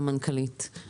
למנכ"לית ולכל הנוכחים כאן.